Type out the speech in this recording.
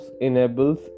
enables